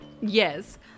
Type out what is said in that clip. Yes